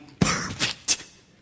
Perfect